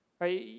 right